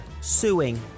Suing